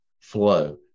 flow